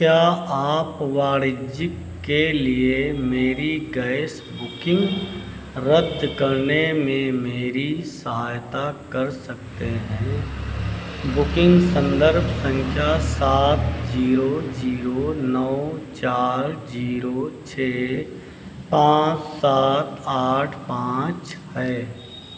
क्या आप वाणिज्यिक के लिए मेरी गैस बुकिन्ग रद्द करने में मेरी सहायता कर सकते हैं बुकिन्ग सन्दर्भ सँख्या सात ज़ीरो ज़ीरो नौ चार ज़ीरो छह पाँच सात आठ पाँच है